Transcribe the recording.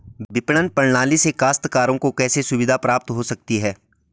विपणन प्रणाली से काश्तकारों को कैसे सुविधा प्राप्त हो सकती है?